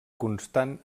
constant